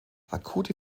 akute